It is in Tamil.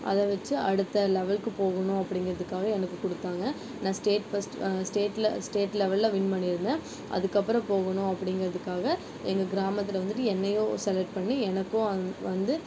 அதை வெச்சு அடுத்த லெவல்க்கு போகணும் அப்படிங்கிறதுக்காவே எனக்கு கொடுத்தாங்க நான் ஸ்டேட் ஃபஸ்ட் ஸ்டேட்டில் ஸ்டேட் லெவலில் வின் பண்ணியிருந்தேன் அதுக்கப்புறம் போகணும் அப்படிங்கிறதுக்காக எங்கள் கிராமத்தில் வந்துட்டு என்னையும் செலக்ட் பண்ணி எனக்கும் அந் வந்து